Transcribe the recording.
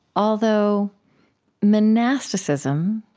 although monasticism,